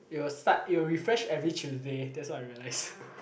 it will start it will refresh every Tuesday that's what I realize